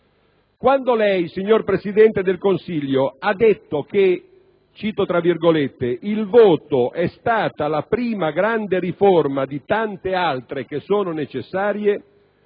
Quando lei, signor Presidente del Consiglio, ha detto che il voto è stata la prima grande riforma di tante altre che sono necessarie,